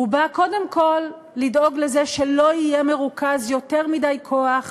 הוא בא קודם כול לדאוג לזה שלא יהיה מרוכז יותר מדי כוח